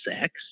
sex